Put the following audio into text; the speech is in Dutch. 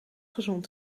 gezond